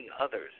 others